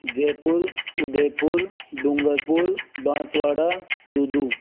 Jaipur Udaipur Dungarpur Banswara Dudu